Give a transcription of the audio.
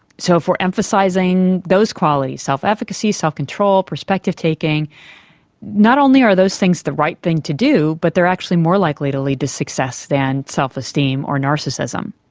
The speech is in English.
so for emphasising those qualities self-efficacy, self-control, perspective-taking not only are those things the right thing to do but they are actually more likely to lead to success than self-esteem or narcissism.